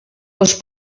les